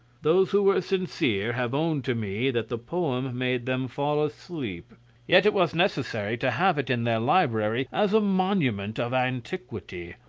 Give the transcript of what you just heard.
those who were sincere have owned to me that the poem made them fall asleep yet it was necessary to have it in their library as a monument of antiquity,